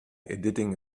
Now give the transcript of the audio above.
editing